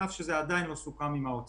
על אף שזה עדיין לא סוכם עם משרד האוצר.